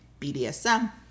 BDSM